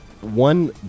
one